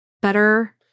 better